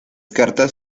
cartas